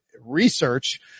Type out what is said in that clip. Research